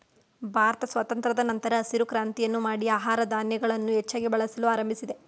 ಭಾರತ ಸ್ವಾತಂತ್ರದ ನಂತರ ಹಸಿರು ಕ್ರಾಂತಿಯನ್ನು ಮಾಡಿ ಆಹಾರ ಧಾನ್ಯಗಳನ್ನು ಹೆಚ್ಚಾಗಿ ಬೆಳೆಯಲು ಆರಂಭಿಸಿದೆ